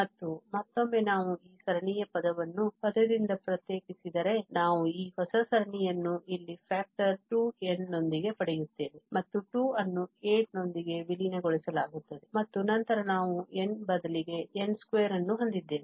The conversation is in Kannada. ಮತ್ತು ಮತ್ತೊಮ್ಮೆ ನಾವು ಈ ಸರಣಿಯ ಪದವನ್ನು ಪದದಿಂದ ಪ್ರತ್ಯೇಕಿಸಿದರೆ ನಾವು ಈ ಹೊಸ ಸರಣಿಯನ್ನು ಇಲ್ಲಿ ಫ್ಯಾಕ್ಟರ್ 2 n ನೊಂದಿಗೆ ಪಡೆಯುತ್ತೇವೆ ಮತ್ತು 2 ಅನ್ನು 8 ನೊಂದಿಗೆ ವಿಲೀನಗೊಳಿಸಲಾಗುತ್ತದೆ ಮತ್ತು ನಂತರ ನಾವು n ಬದಲಿಗೆ n2 ಅನ್ನು ಹೊಂದಿದ್ದೇವೆ